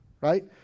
right